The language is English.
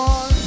on